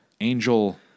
angel